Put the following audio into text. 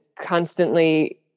constantly